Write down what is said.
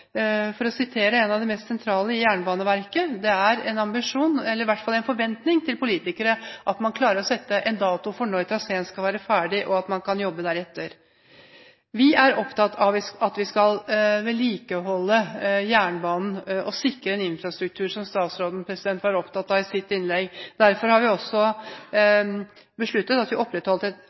for å sitere én av de mest sentrale i Jernbaneverket: Det er en forventning til politikere at man klarer å sette en dato for når traseen skal være ferdig, og at man kan jobbe deretter. Vi er opptatt av at vi skal vedlikeholde jernbanen og sikre en infrastruktur, som også statsråden var opptatt av i sitt innlegg. Derfor har vi også foreslått å opprette et vedlikeholdsfond for både vei og jernbane, på 50 mrd. kr. Da ville man fått et